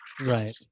Right